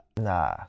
Nah